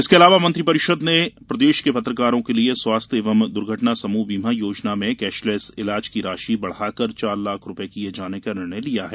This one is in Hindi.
इसके अलावा मंत्रिपरिषद ने प्रदेश के पत्रकारों के लिए स्वास्थ्य एवं दुर्घटना समूह बीमा योजना में कैशलेस इलाज की राशि बढाकर चार लाख रुपए किए जाने का निर्णय लिया है